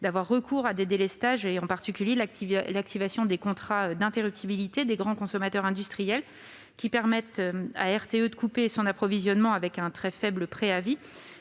d'avoir recours à des délestages, en particulier l'activation des contrats d'interruptibilité des grands consommateurs industriels, permettant à RTE de couper l'approvisionnement avec un très faible préavis,